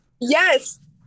yes